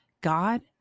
God